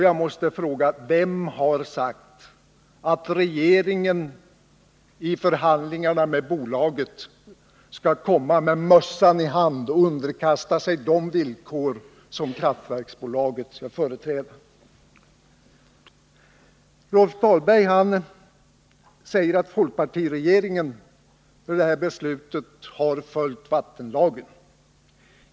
Jag måste fråga: Vem har sagt att regeringen i förhandlingarna med bolaget skall komma med mössan i hand och underkasta sig de villkor som kraftverksbolaget företräder? Rolf Dahlberg säger att folkpartiregeringen i detta beslut har följt vattenlagen.